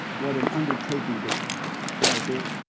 what an undertaking this was ah